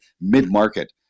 mid-market